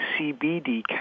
CBD